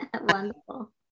Wonderful